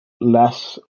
less